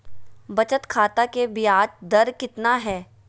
बचत खाता के बियाज दर कितना है?